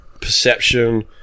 perception